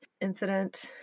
incident